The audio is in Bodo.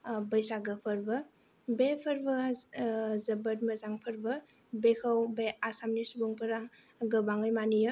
बैसागो फोरबो बे फोरबोआ जोबोर मोजां फोरबो बेखौ बे आसामनि सुबुंफोरा गोबाङै मानियो